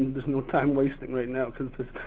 there's no time wasting right now cause there's